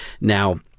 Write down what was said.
now